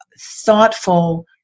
thoughtful